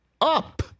up